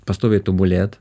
pastoviai tobulėt